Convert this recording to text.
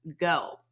go